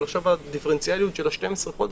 אבל עכשיו הדיפרנציאליות של ה-12 חודשים,